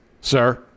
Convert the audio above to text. sir